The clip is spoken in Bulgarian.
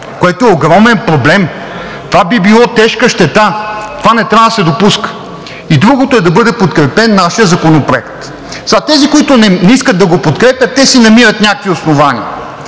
което е огромен проблем. Това би било тежка щета, това не трябва да се допуска. И другото е да бъде подкрепен нашият законопроект. Сега тези, които не искат да го подкрепят, те си намират някакви основания.